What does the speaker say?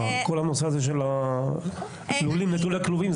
כל הנושא הזה של לולים נטולי כלובים.